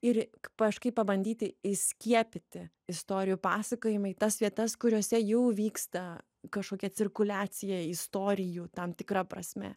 ir pažkaip pabandyti įskiepyti istorijų pasakojimai tas vietas kuriose jau vyksta kažkokia cirkuliacija istorijų tam tikra prasme